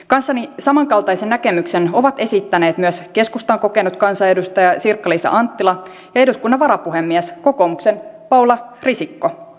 kanssani samankaltaisen näkemyksen ovat esittäneet myös keskustan kokenut kansanedustaja sirkka liisa anttila ja eduskunnan varapuhemies kokoomuksen paula risikko